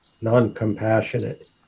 non-compassionate